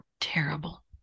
terrible